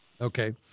Okay